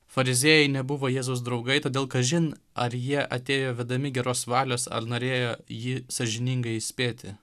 fariziejai nebuvo jėzaus draugai todėl kažin ar jie atėjo vedami geros valios ar norėjo jį sąžiningai įspėti